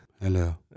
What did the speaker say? Hello